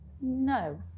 No